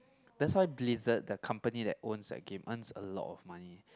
that's why Blizzard that company that owns the game earns a lot of money